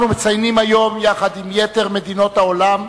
אנחנו מציינים היום, יחד עם יתר מדינות העולם,